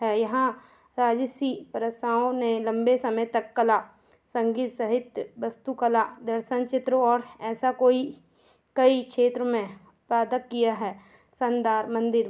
है यहाँ रजीसी प्राथाओं ने लम्बे समय तक कला संगीत सहित वास्तुकला दर्शन चित्रों और ऐसा कोई कई क्षेत्र में पादक किया है संदार मन्दिर